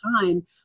time